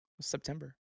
September